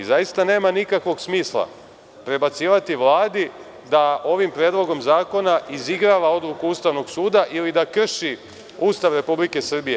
Zaista nema nikakvog smisla prebacivati Vladi da ovim predlogom zakona izigrava odluku Ustavnog suda ili da krši Ustav Republike Srbije.